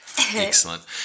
Excellent